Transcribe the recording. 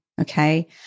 Okay